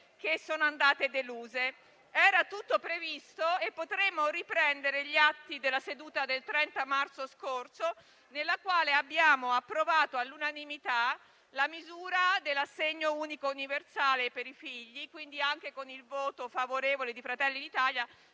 che sono andate deluse. Era tutto previsto e potremmo riprendere gli atti della seduta del 30 marzo scorso, nella quale abbiamo approvato all'unanimità la misura dell'assegno unico universale per i figli, e quindi con il voto favorevole anche di Fratelli d'Italia,